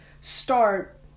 start